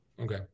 Okay